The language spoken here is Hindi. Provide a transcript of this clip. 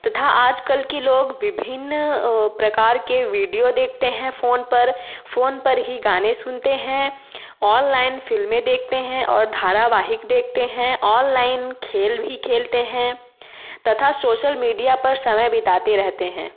तथा आजकल के लोग विभिन्न प्रकार के वीडियो देखते हैं फ़ोन पर फ़ोन पर ही गाने सुनते हैं ऑनलाइन फ़िल्में देखते हैं और धारावाहिक देखते हैं ऑनलाइन खेल भी खेलते हैं तथा सोशल मीडिया पर समय बिताते रहते हैं